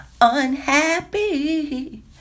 unhappy